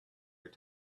your